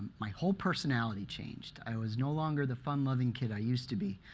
my whole personality changed. i was no longer the fun loving kid i used to be.